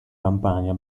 campania